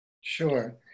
Sure